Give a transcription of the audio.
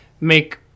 make